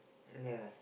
yes